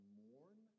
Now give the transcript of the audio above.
mourn